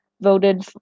voted